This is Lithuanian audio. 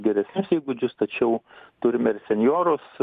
geresnius įgūdžius tačiau turime ir senjorus